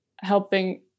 helping